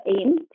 aim